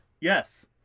yes